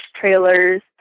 trailers